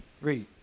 Read